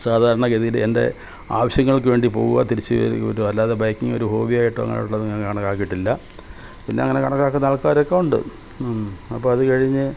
സാധാരണ ഗതിയിൽ എൻ്റെ ആവശ്യങ്ങൾക്ക് വേണ്ടി പോവുക തിരിച്ച് കയറി വിടുക അല്ലാതെ ബൈക്കിങ്ങ് ഒരു ഹോബിയായിട്ടോ അങ്ങനായിട്ടുള്ളതൊന്നും ഞാൻ കാണക്കാക്കിയട്ടില്ല പിന്നെ അങ്ങനെ കണക്കാക്കുന്ന ആൾക്കാരൊക്കെ ഉണ്ട് അപ്പം അത് കഴിഞ്ഞു